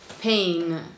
pain